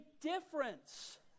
difference